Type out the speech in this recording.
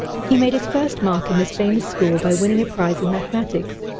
he made his first mark in this famous school by winning a prize in mathematics.